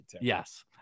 yes